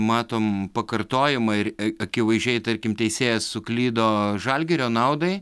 matom pakartojimą ir akivaizdžiai tarkim teisėjas suklydo žalgirio naudai